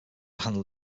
handle